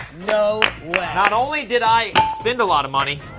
no way. not only did i spend a lot of money,